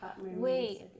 Wait